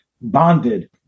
bonded